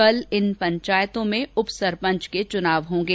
कल इन पंचायतों में उपसरपंच के चुनाव होंगे